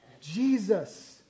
Jesus